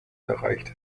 erreicht